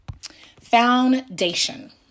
foundation